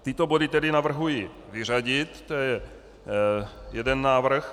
Tyto body tedy navrhuji vyřadit, to je jeden návrh.